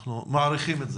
אנחנו מעריכים את זה.